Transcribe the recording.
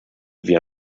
wir